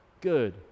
good